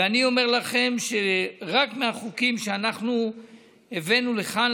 ואני אומר לכם שרק מהחוקים שאנחנו הבאנו לכאן,